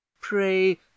Pray